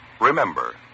Remember